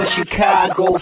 Chicago